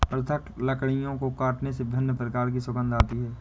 पृथक लकड़ियों को काटने से विभिन्न प्रकार की सुगंध आती है